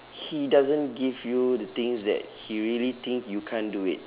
he doesn't give you the things that he really think you can't do it